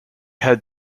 had